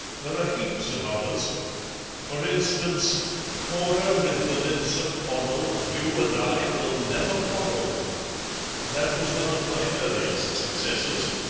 there are heaps of others for instance cora with the lips of coral, you and i will never quarrel that was one of my earliest successes,